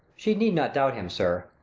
she need not doubt him, sir.